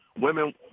women